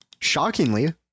shockingly